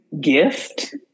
gift